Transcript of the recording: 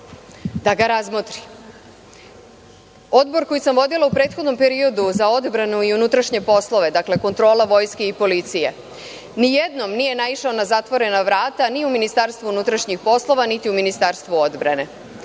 da ga razmotri. Odbor koji sam vodila u prethodnom periodu, za odbranu i unutrašnje poslove, dakle kontrola vojske i policije, nijednom nije naišao na zatvorena vrata ni u MUP-u, niti u Ministarstvu odbrane.